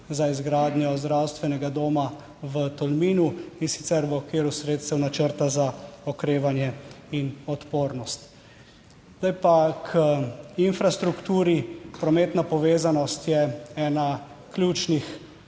za izgradnjo zdravstvenega doma v Tolminu, in sicer v okviru sredstev načrta za okrevanje in odpornost. Zdaj pa k infrastrukturi. Prometna povezanost je ena ključnih,